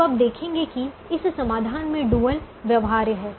अब आप देखते हैं कि इस समाधान में डुअल व्यवहार्य है